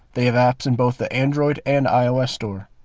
they have apps in both the android and ios store.